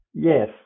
Yes